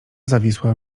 zawisła